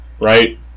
right